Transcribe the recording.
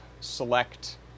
select